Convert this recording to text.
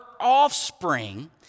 offspring